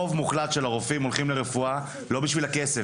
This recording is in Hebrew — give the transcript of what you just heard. הרוב המוחלט של הרופאים הולכים לרפואה לא בשביל הכסף.